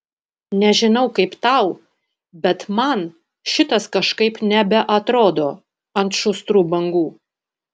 nežinau kaip tau bet man šitas kažkaip nebeatrodo ant šustrų bangų